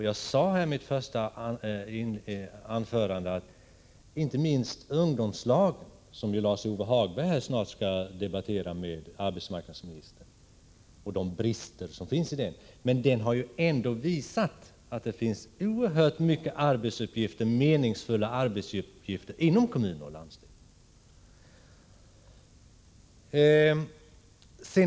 Jag sade i mitt första anförande att inte minst ungdomslagen — ungdomslagen och bristerna därvidlag skall ju Lars-Ove Hagberg snart debattera med arbetsmarknadsministern — ändå visat att det finns oerhört många meningsfulla arbetsuppgifter inom kommuner och landsting.